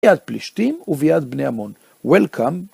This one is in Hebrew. ביד פלישתים וביד בני המון. Welcome.